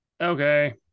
Okay